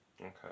Okay